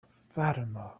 fatima